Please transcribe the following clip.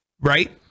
right